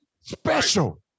Special